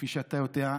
כפי שאתה יודע,